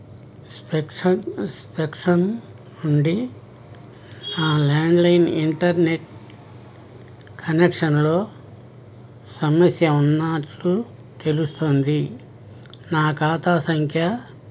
spectrum నుండి నా landline internet కనెక్షన్లో సమస్య ఉన్నట్లు తెలుస్తుంది నా ఖాతా సంఖ్య